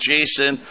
Jason